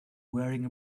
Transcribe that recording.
wearing